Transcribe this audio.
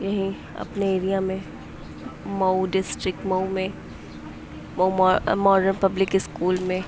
یہیں اپنے ایریا میں مئو ڈسٹرک مئو میں ماڈرن پبلک اسکول میں